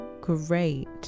great